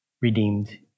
redeemed